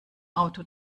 auto